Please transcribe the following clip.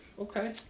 Okay